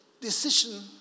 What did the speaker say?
decision